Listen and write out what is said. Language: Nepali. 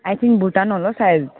आई थिङ्क भुटान होला सायद